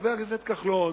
חבר הכנסת כחלון,